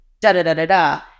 da-da-da-da-da